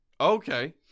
Okay